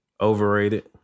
Overrated